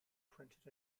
printed